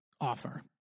offer